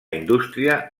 indústria